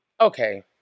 okay